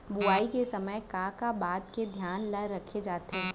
बुआई के समय का का बात के धियान ल रखे जाथे?